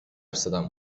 زدن